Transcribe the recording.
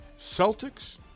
Celtics